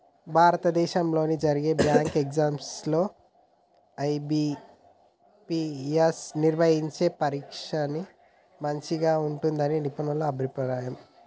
భారతదేశంలో జరిగే బ్యాంకు ఎగ్జామ్స్ లో ఐ.బీ.పీ.ఎస్ నిర్వహించే పరీక్షనే మంచిగా ఉంటుందని నిపుణుల అభిప్రాయం